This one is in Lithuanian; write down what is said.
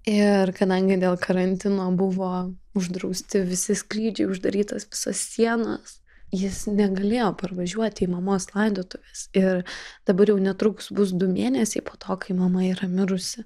ir kadangi dėl karantino buvo uždrausti visi skrydžiai uždarytas visos sienos jis negalėjo parvažiuoti į mamos laidotuves ir dabar jau netrukus bus du mėnesiai po to kai mama yra mirusi